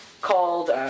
called